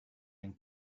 yang